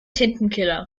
tintenkiller